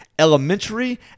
Elementary